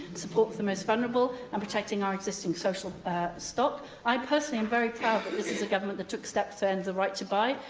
support for the most vulnerable, and protecting our existing social stock. i, personally, am very proud that this is a government that took steps to end the right to buy,